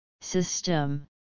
System